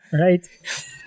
Right